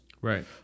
Right